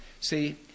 See